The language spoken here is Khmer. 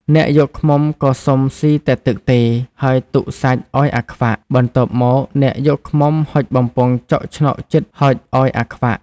អ្នកយកឃ្មុំក៏សុំស៊ីតែទឹកទេ ហើយទុកសាច់ឱ្យអាខ្វាក់ បន្ទាប់មកអ្នកយកឃ្មុំហុចបំពង់ចុកឆ្នុកជិតហុចឱ្យអាខ្វាក់ ។